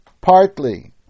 partly